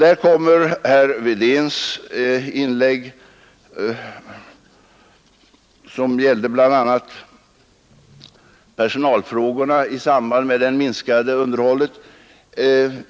Här kommer jag in på herr Wedéns inlägg, som gällde bl a. personalfrågorna i samband med det minskade underhållet.